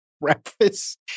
breakfast